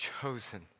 chosen